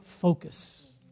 focus